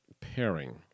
pairing